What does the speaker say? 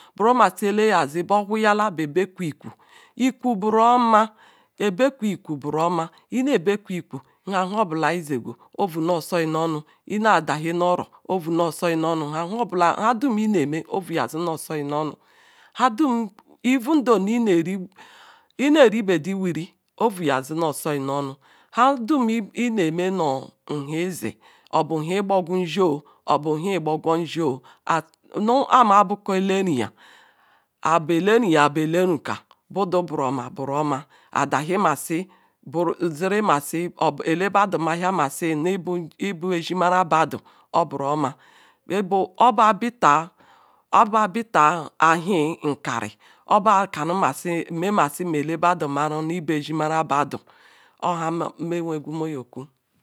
Pouru masi eleyasi wah wiyala beh ebeku ikwu ikwu buroma ebeku ikwu ikwu booo-oma iyene ebekwu ikwu nhe obula izeggwu ovu noh osoi noh nu inada hie nu oro ovu nasoi nu onu and nbadum ineh eme ovu noh osoi noh nu nhadum nhe-izi nlerinya bah bu eleruka budu boro-oma boro-oma ayindahemali buru ziri masi badu oburo-oma obu nkiri masi nu ele badu nmaru nu ebu ezimara badu ohamewegwu meh jor okwu.